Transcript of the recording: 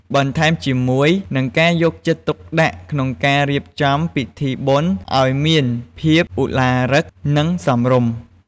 បន្ថែមជាមួយ នឹងការយកចិត្តទុកដាក់ក្នុងការរៀបចំពិធីបុណ្យអោយមានភាពឱឡារិក និងសមរម្យ។